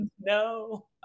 No